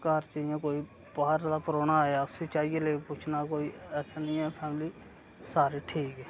घर च इ'यां कोई बाह्र दा परौह्ना आया उसी चाहियै लेई पुच्छना कोई ऐसा नि ऐ फैमिली सारे ठीक न